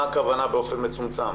מה הכוונה באופן מצומצם?